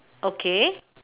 okay